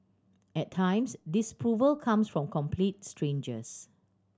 at times disapproval comes from complete strangers